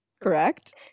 Correct